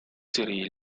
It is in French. séries